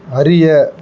அறிய